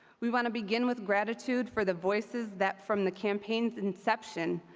we want to begin with gratitude for the voices that, from the campaign's inception,